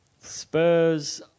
Spurs